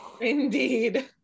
indeed